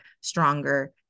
stronger